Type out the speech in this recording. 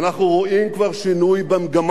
אנחנו רואים כבר שינוי במגמה.